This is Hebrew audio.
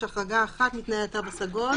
יש החרגה אחת מתנאי התו הסגול,